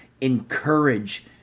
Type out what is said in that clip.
encourage